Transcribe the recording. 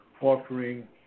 offering